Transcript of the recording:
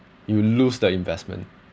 you lose the investment